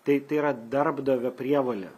tai tai yra darbdavio prievolė